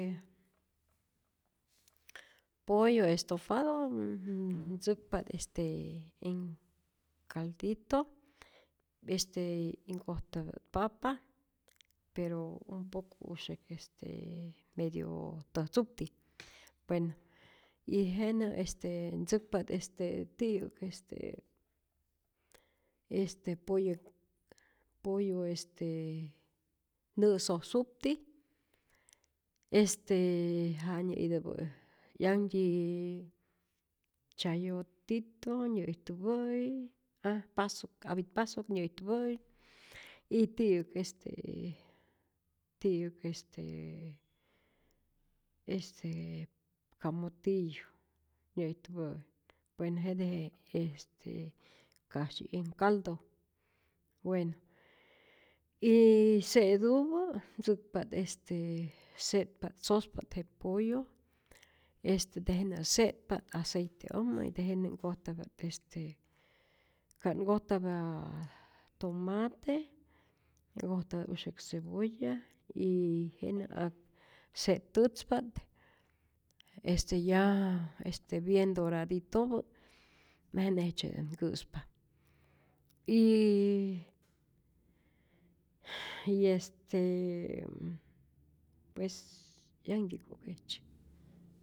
Es pollo estofado nn- ntzäkpa't este en caldito este y nkojtapya't papa, pero un poco usyak este medio täjtzupti, bueno y jenä este ntzäkpa't este ti'yäk este este pollo, pollo este nä' sosupti este ja nyä'täpä' äj, 'yanhtyi chayotito nyä'ijtupä'i, aj pasok apitpasok nyä'ijtupä'i, y ti'yäk este, tiyä'k este, este camotillu nyä'ijtupä', bueno jete je este kasyi en caldo, bueno y se'tupä ntzäkpa't este se'tpa't sospa't je pollo, este tejenä se'tpa't aceeite'ojmä y tejenä nkojtapya't este ka'n nkojtapy tomate, nkojtapya't usyäk cebolla, y tejenä ak se't'tätzpa't, este ya bien doraditopä, tejenä jejtzyetä't nkä'spa, yy este pues 'yanhtyi ko'k jejtzye.